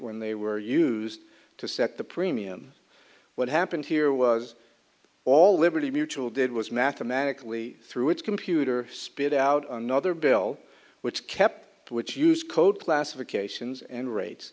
when they were used to set the premium what happened here was all liberty mutual did was mathematically through its computer spit out another bill which kept which used code classifications and rate